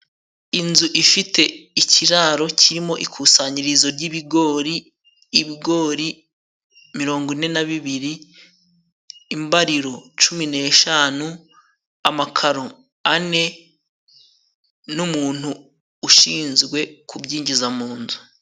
Inzu ifite ikiraro kirimo ikusanyirizo ry'ibigori; ibigori mirongo ine na bibiri, imbariro cumi n'eshanu, amakaro ane n'umuntu ushinzwe kubyinjiza mu nzu.